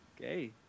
Okay